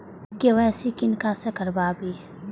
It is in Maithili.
के.वाई.सी किनका से कराबी?